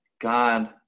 God